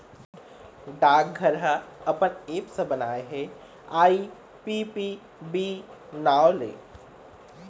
डाकघर ह अपन ऐप्स बनाए हे आई.पी.पी.बी नांव ले